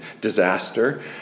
disaster